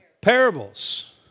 Parables